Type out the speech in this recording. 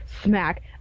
Smack